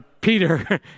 Peter